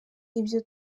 ibyo